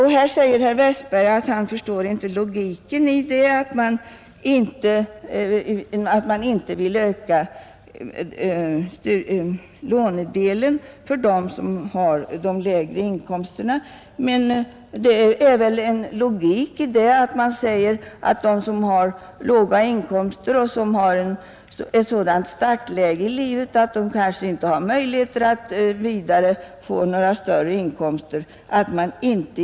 Herr Westberg i Ljusdal säger att han inte förstår logiken i att man inte vill öka lånedelen för dem som har de lägre inkomsterna, men det är väl logik att man inte onödigtvis ökar skuldbördan för dem som har låga inkomster och som har ett sådant startläge i livet att de kanske inte har möjligheter att i fortsättningen få några större inkomster.